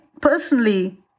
personally